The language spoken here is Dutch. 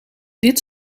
dit